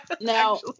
Now